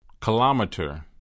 Kilometer